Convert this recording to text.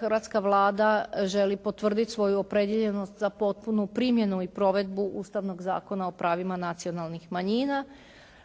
hrvatska Vlada želi potvrditi svoju opredijeljenost za potpunu primjenu i provedbu Ustavnog zakona o pravima nacionalnih manjina